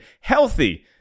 healthy